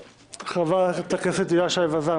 חברת הכנסת הילה שי וזאן,